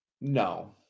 No